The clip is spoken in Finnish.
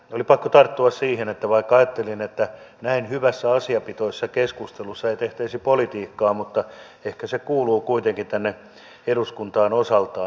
oli pakko tarttua siihen vaikka ajattelin että näin hyvässä asiapitoisessa keskustelussa ei tehtäisi politiikkaa mutta ehkä se kuuluu kuitenkin tänne eduskuntaan osaltaan